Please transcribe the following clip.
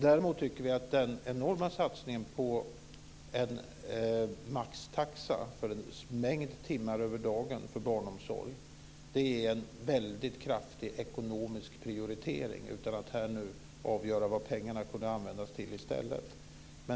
Däremot tycker vi att den enorma satsningen på en maxtaxa för barnomsorg en mängd timmar över dagen är en väldigt kraftig ekonomisk prioritering utan att här avgöra vad pengarna skulle kunna användas till i stället.